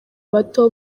bato